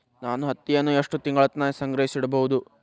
ನಾನು ಹತ್ತಿಯನ್ನ ಎಷ್ಟು ತಿಂಗಳತನ ಸಂಗ್ರಹಿಸಿಡಬಹುದು?